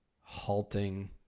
halting